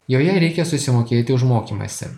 joje reikia susimokėti už mokymąsi